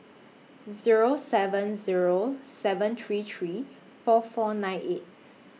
Zero seven Zero seven three three four four nine eight